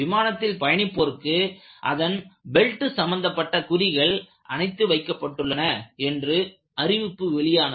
விமானத்தில் பயணிப்போருக்கு அதன் பெல்ட்சம்பந்தப்பட்ட குறிகள் அணைத்து வைக்கப்பட்டுள்ளன என்று அறிவிப்பு வெளியானது